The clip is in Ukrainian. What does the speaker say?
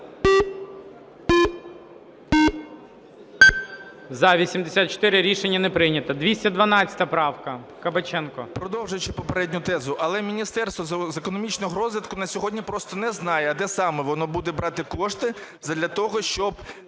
За-84 Рішення не прийнято. 212 правка, Кабаченко. 13:52:39 КАБАЧЕНКО В.В. Продовжуючи попередню тезу. Але Міністерство з економічного розвитку на сьогодні просто не знає, де саме воно буде брати кошти задля того, щоб